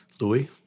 Louis